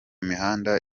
mihanda